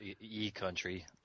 E-country